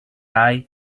i—i